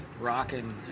rocking